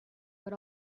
but